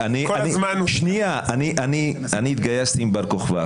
אני התגייסתי עם בר כוכבא,